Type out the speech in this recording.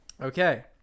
Okay